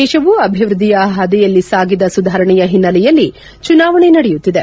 ದೇಶವು ಅಭಿವೃದ್ದಿಯ ಹಾದಿಯಲ್ಲಿ ಸಾಗಿದ ಸುಧಾರಣೆಯ ಹಿನ್ನೆಲೆಯಲ್ಲಿ ಚುನಾವಣೆ ನಡೆಯುತ್ತಿದೆ